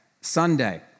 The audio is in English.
Sunday